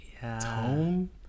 tone